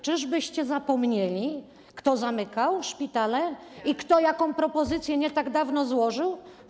Czyżbyście zapomnieli, kto zamykał szpitale i kto jaką propozycję nie tak dawno złożył?